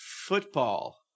Football